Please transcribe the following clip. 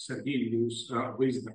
sarbievijaus tą vaizdą